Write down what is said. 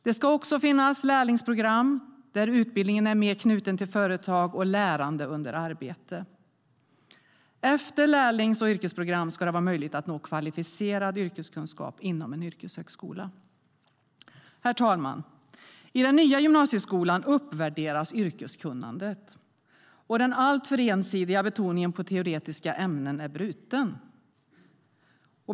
Det ska också finnas lärlingsprogram, där utbildningen är mer knuten till företag och lärande under arbete. Efter lärlings och yrkesprogram ska det vara möjligt att nå kvalificerad yrkeskunskap inom en yrkeshögskola. Herr talman! I den nya gymnasieskolan uppvärderas yrkeskunnandet, och den alltför ensidiga betoningen på teoretiska ämnen är bruten.